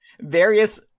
various